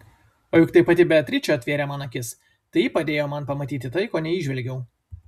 o juk tai pati beatričė atvėrė man akis tai ji padėjo man pamatyti tai ko neįžvelgiau